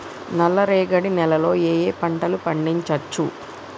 నల్లరేగడి నేల లో ఏ ఏ పంట లు పండించచ్చు?